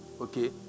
okay